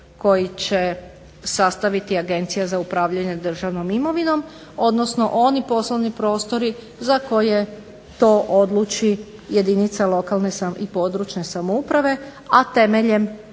koji će sastaviti Agencija za upravljanje državnom imovinom odnosno oni poslovni prostori za koje to odluči jedinica lokalne i područne samouprave, a temeljem